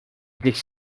gdzieś